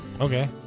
Okay